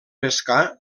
pescar